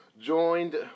Joined